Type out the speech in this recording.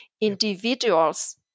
Individuals